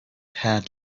had